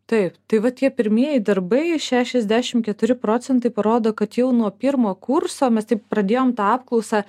taip tai vat tie pirmieji darbai šešiasdešimt keturi procentai parodo kad jau nuo pirmo kurso mes taip pradėjom tą apklausą